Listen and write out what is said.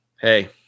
Hey